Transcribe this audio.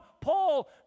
Paul